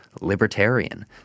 libertarian